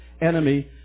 enemy